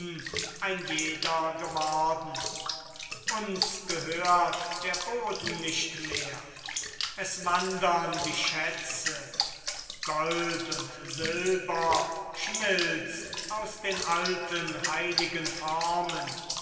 ein jeder geworden uns gehört der boden nicht mehr es wandern die schätze gold und silber schmilzt aus den alten heiligen formen